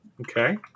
Okay